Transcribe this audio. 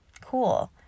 Cool